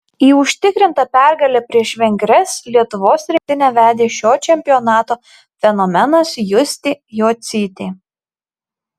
į užtikrintą pergalę prieš vengres lietuvos rinktinę vedė šio čempionato fenomenas justė jocytė